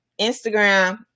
Instagram